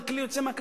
זה כלי יוצא מהכלל.